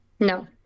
No